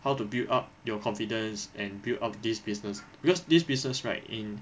how to build up your confidence and build up this business because this business right in